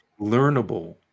learnable